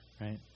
right